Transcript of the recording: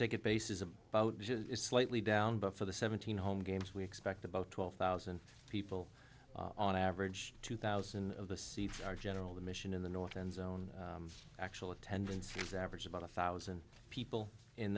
ticket base is a slightly down but for the seventeen home games we expect about twelve thousand people on average two thousand of the seats are general the mission in the north end zone actual attendance is average about one thousand people in